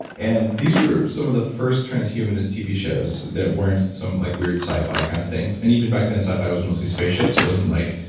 and these were some of the first transhumanist tv shows that weren't some like weird sci-fi kind of things. and even back then, sci-fi was mostly spaceships. it wasn't like,